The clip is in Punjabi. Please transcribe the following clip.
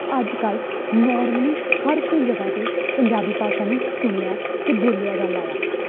ਅੱਜ ਕੱਲ੍ਹ ਨੋਰਮਲੀ ਹਰ ਕੋਈ ਜਗ੍ਹਾ 'ਤੇ ਪੰਜਾਬੀ ਭਾਸ਼ਾ ਨੂੰ ਸੁਣਿਆ ਅਤੇ ਬੋਲਿਆ ਜਾਂਦਾ ਆ